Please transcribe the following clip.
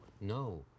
no